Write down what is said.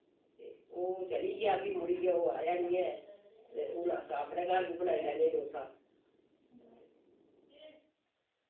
ते ओह् चलिया फ्ही मुड़ियै ओ आया नि ऐ ते हुन अस अपने घर वि बनाई लैने डोसा